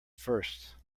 first